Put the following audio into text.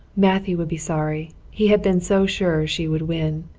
matthew would be sorry he had been so sure she would win.